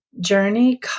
journey